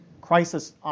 crisis